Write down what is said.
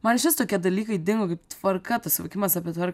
man išvis tokie dalykai dingo kaip tvarka tas suvokimas apie tvarką